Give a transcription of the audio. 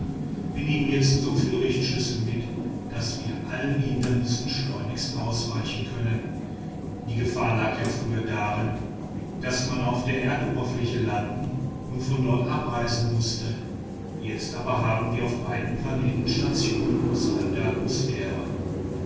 wir nehmen jetzt soviel richtschüsse mit daß wir allen hindernissen schleunigst ausweichen können die gefahr lag ja früher darin daß man auf der erdoberfläche landen und von dort abreisen mußte jetzt aber haben wir auf beiden planeten stationen außerhalb der atmosphäre